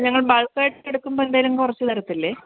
അത് ഞങ്ങൾ ബൾക്ക് ആയിട്ട് എടുക്കുമ്പോൾ എന്തെങ്കിലും കുറച്ചുതരത്തില്ലേ